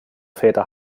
väter